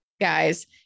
guys